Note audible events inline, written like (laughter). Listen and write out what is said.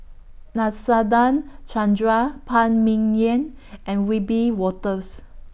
Nadasen (noise) Chandra Phan Ming Yen (noise) and Wiebe Wolters